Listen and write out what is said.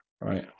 Right